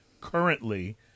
currently